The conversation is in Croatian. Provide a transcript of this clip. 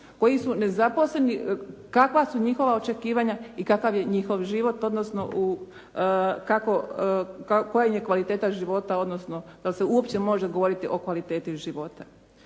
koji su nezaposleni, kakva su njihova očekivanja i kakav je njihov život, odnosno koja im je kvaliteta života, odnosno da se uopće može govoriti o kvaliteti života.